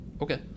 okay